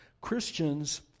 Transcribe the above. Christians